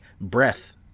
breath